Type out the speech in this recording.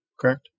correct